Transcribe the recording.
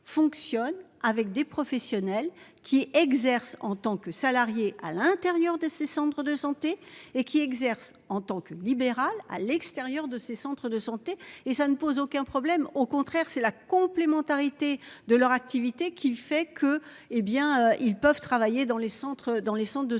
fonctionne avec des professionnels qui exercent en tant que salarié à l'intérieur de ses cendres, de santé et qui exerce en tant que libéral à l'extérieur de ces centres de santé et ça ne pose aucun problème, au contraire, c'est la complémentarité de leur activité qui fait que, hé bien ils peuvent travailler dans les centres dans